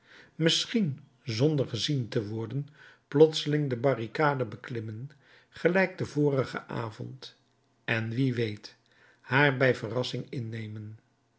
misschien zonder gezien te worden plotseling de barricade beklimmen gelijk den vorigen avond en wie weet haar bij verrassing innemen